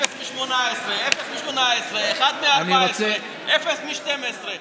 אפס מ-18, אפס מ-17, אחד מ-14, אפס מ-12.